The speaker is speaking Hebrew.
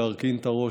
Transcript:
להרכין את הראש,